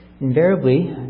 Invariably